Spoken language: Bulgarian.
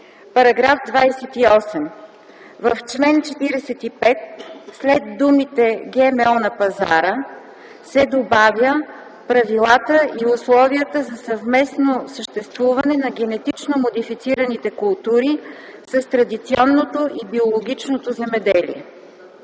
„§ 28. В чл. 45 след думите „ГМО на пазара” се добавя „правилата и условията за съвместно съществуване на генетично модифицирани култури с традиционното и биологичното земеделие.”